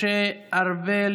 משה ארבל,